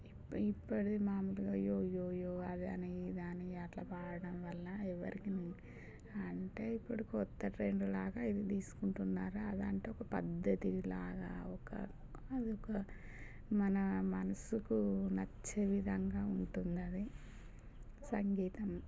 ఇప్పటి ఇప్పటిది మామూలుగా యోయోయో అదనీ ఇదనీ అట్ల పాడటం వల్ల ఎవరికి అంటే ఇప్పుడు క్రొత్త ట్రెండ్లాగా ఇది తీసుకుంటున్నారు అలాంటి ఒక పద్ధతిలాగా ఒక అది ఒక మన మనసుకు నచ్చే విధంగా ఉంటుందది సంగీతం